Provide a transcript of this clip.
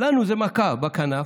לנו זה מכה בכנף,